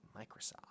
Microsoft